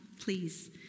please